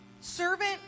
Servant